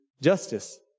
justice